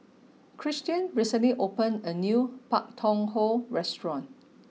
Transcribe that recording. Christian recently opened a new Pak Thong Ko restaurant